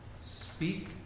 speak